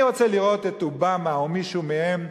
אני רוצה לראות את אובמה או מישהו מהם,